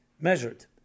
measured